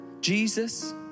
Jesus